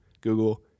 Google